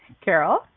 Carol